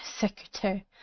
secretary